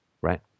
right